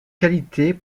qualités